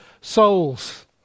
souls